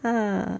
ah